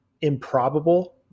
improbable